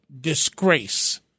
disgrace